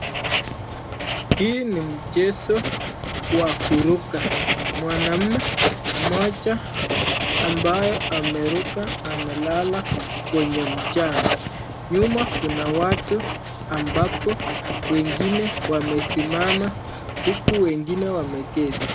Hii ni mchezo wa kuruka, mwanaume moja ambaye ameruka amelala kwenye mchanga, nyuma kuna watu ambapo wengine wamesimama huku wengine wameketi.